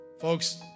Folks